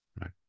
right